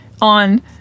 on